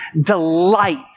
delight